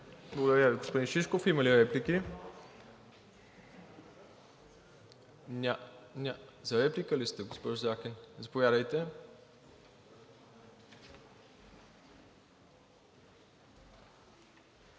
Благодаря Ви, господин Шишков. Има ли реплики? За реплика ли сте, госпожо Заркин? Заповядайте.